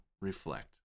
reflect